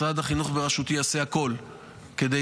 משרד החינוך בראשותי יעשה הכול כדי